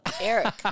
Eric